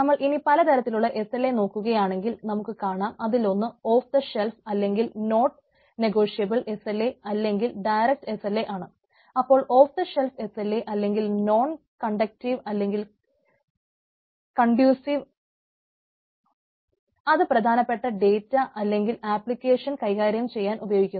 നമ്മൾ ഇനി പലതരത്തിലുള്ള SLA നോക്കുകയാണെങ്കിൽ നമുക്ക് കാണാം അതിലൊന്ന് ഓഫ് ദ ഷെൽഫ് കൈകാര്യം ചെയ്യാൻ ഉപയോഗിക്കുന്നു